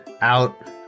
out